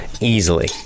easily